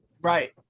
Right